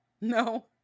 No